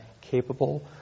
capable